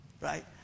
Right